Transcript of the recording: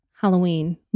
Halloween